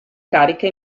carica